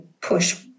push